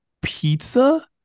pizza